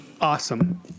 Awesome